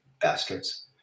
Bastards